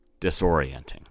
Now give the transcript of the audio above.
Disorienting